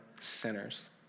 sinners